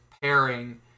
pairing